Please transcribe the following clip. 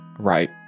right